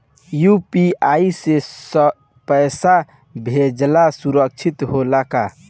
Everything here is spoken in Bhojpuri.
यू.पी.आई से पैसा भेजल सुरक्षित होला का?